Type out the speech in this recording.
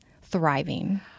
thriving